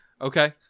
Okay